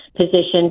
position